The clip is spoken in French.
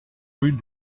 rue